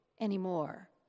anymore